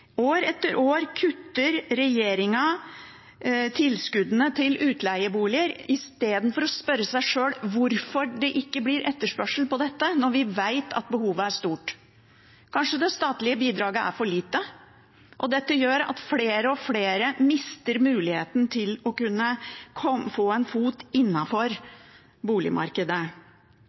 År etter år kutter regjeringen i tilskuddene til utleieboliger istedenfor å spørre seg sjøl hvorfor det ikke blir etterspørsel etter dette når vi vet at behovet er stort. Kanskje det statlige bidraget er for lite? Dette gjør at flere og flere mister muligheten til å kunne få en fot innafor boligmarkedet.